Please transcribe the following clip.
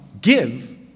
give